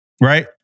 right